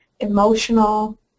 emotional